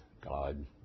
God